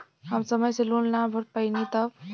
हम समय से लोन ना भर पईनी तब?